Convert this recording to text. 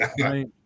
right